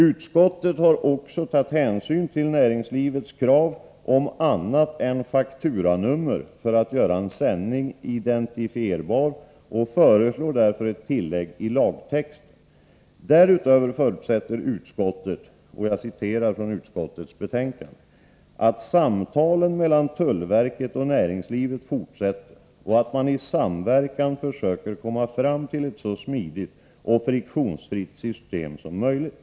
Utskottet har också tagit hänsyn till näringslivets krav på att något annat än fakturanummer skall kunna användas för att göra en sändning identifierbar och föreslår därför ett tillägg i lagtexten. Därutöver förutsätter utskottet ”att samtalen mellan tullverket och näringslivet fortsätter och att man i samverkan försöker komma fram till ett så smidigt och friktionsfritt system som möjligt”.